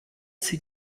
sie